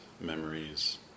memories